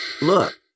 look